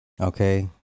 Okay